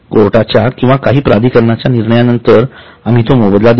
कोर्टाच्या किंवा काही प्राधिकरणाच्या निर्णयानंतर आम्ही तो मोबदला देऊ